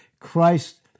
Christ